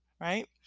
right